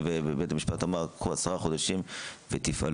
ובית המשפט אמר: עשרה חודשים ותפעלו.